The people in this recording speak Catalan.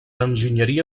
enginyeria